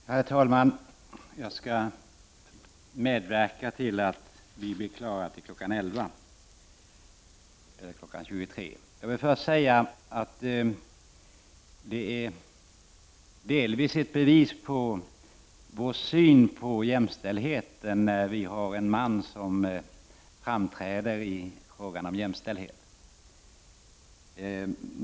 Herr talman! Jag skall medverka till att vi blir klara till kl. 23.00. Först vill jag säga att det delvis är ett bevis för vår syn på jämställdheten att en man framträder i frågan om jämställdhet.